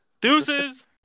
Deuces